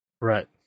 right